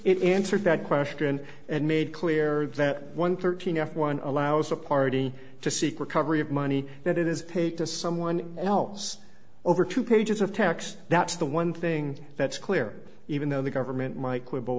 it answered that question and made clear that one thirteen f one allows a party to seek recovery of money that is paid to someone else over two pages of tax that's the one thing that's clear even though the government might quibble